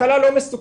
מחלה לא מסוכנת,